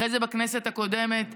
אחרי זה, בכנסת הקודמת,